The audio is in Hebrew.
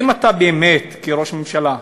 אם אתה באמת, כראש הממשלה,